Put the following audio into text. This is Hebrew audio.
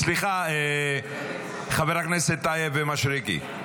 סליחה, חברי הכנסת טייב ומישרקי.